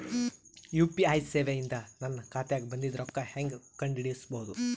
UPI ಸೇವೆ ಇಂದ ನನ್ನ ಖಾತಾಗ ಬಂದಿದ್ದ ರೊಕ್ಕ ಹೆಂಗ್ ಕಂಡ ಹಿಡಿಸಬಹುದು?